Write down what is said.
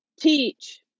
teach